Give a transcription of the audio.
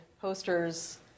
posters